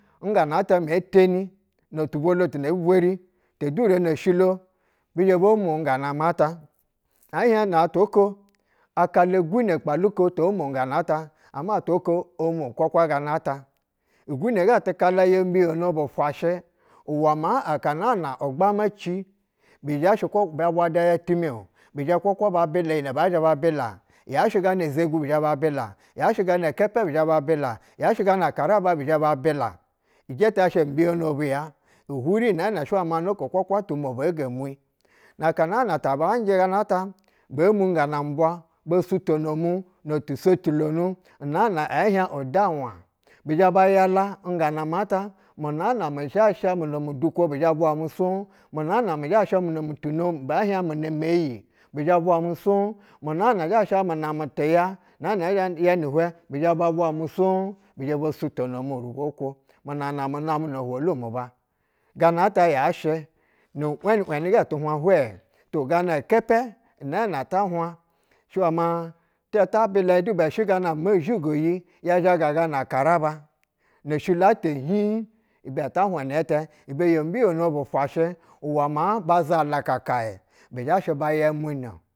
Ngana mata mee temi, notu uwoto tuna e vweri tedure no-oshilo bi zhɛ bo mwo ngana mata. ɛhiɛh na two oko akala igune kpalu ko mwo nganatata ama atwa oko omwo kwakwa ganata. Igune gɛ tu kala yo mbiyono bu fwashɛ uwɛ maa aka naa na ugbama ci bizhashɛ kwa ba bwada ya timɛ-o bizhɛ kwakwa ba bila yi nɛ bɛ zhɛ ba bila, yashɛ gana akaraba bizhɛ ba bilo. Ijɛtɛ asha imbiyono bu ya wuri nɛɛ nɛ nook kwakwa tumwo be ge mwi. Na ka naa na tu banjɛ ganata, bee mwi ngana mu bwa bo sutono mu no tu sotutonu mɛɛnɛ ɛhiɛh udab wa bi zhɛ ba yala ngana ina ta munaa na mi zhɛ masha muna mu dukwo bi zhɛ bwa mu swob. Muna na mi zhɛ sha muna tu no, muba ɛhiɛb muna me eyi bi zhɛ vwa ma swob, mu naa mi zhɛ ma sha mana tiya nana ɛzhɛ ya ni hwɛ bi zhɛ ba vwa muswob bi zhɛ bo sutono mu urubwo kwo. Munana mu namɛ no ohwolu muba ganata yashɛ, i wɛni wɛni gɛ tuya hwoh hwɛɛ gana kɛpɛ nɛɛnɛ ta hwab shɛ wɛ ma ti zha ta bila ih du ibɛ sha gana iyi mozhigo yi ya zhaga na karaba no shilo-ata hin ata hwab inɛtɛ ibɛ yo mbiyono bu fwashɛ uwɛ ma ba zala kakayɛ buzhashɛ may a munɛ-o.